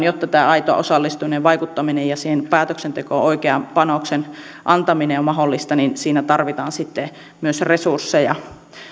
jotta tämä aito osallistuminen ja vaikuttaminen ja siihen päätöksentekoon oikean panoksen antaminen on mahdollista niin siihen tukitoimintaan tarvitaan sitten myös resursseja